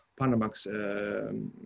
Panamax